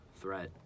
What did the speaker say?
threat